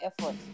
effort